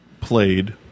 played